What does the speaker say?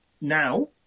now